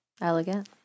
Elegant